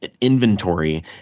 inventory